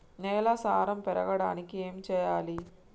నేల సారం పెరగడానికి ఏం చేయాలి?